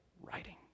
writing